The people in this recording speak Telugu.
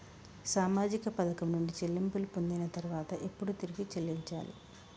సామాజిక పథకం నుండి చెల్లింపులు పొందిన తర్వాత ఎప్పుడు తిరిగి చెల్లించాలి?